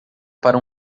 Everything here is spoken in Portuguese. para